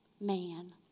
man